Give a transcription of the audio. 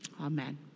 Amen